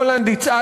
הולנד ייצאה,